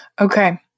Okay